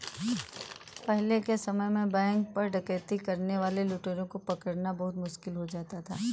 पहले के समय में बैंक पर डकैती करने वाले लुटेरों को पकड़ना बहुत मुश्किल हो जाता था